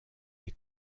les